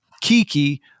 Kiki